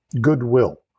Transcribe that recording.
goodwill